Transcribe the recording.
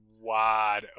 wide